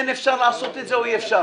כן אפשר לעשות את זה או אי אפשר.